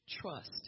trust